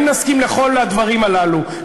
אם נסכים על כל הדברים הללו,